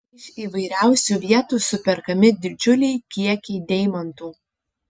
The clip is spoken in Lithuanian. iš įvairiausių vietų superkami didžiuliai kiekiai deimantų